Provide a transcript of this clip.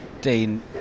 Dean